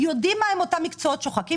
יודעים מה הם אותם מקצועות שוחקים,